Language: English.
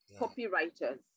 copywriters